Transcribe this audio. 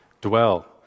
Dwell